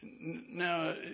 Now